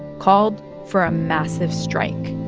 called for a massive strike